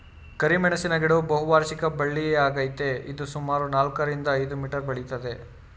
ಕರಿಮೆಣಸಿನ ಗಿಡವು ಬಹುವಾರ್ಷಿಕ ಬಳ್ಳಿಯಾಗಯ್ತೆ ಇದು ಸುಮಾರು ನಾಲ್ಕರಿಂದ ಐದು ಮೀಟರ್ ಬೆಳಿತದೆ